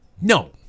No